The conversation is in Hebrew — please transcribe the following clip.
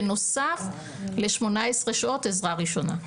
בנוסף ל-18 שעות עזרה ראשונה.